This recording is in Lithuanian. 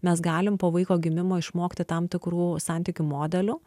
mes galim po vaiko gimimo išmokti tam tikrų santykių modelių